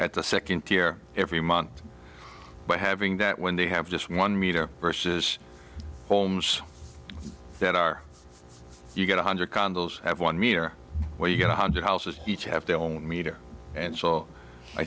e second tier every month but having that when they have just one meter versus homes that are you get one hundred candles have one meter where you get one hundred houses each have their own meter and so i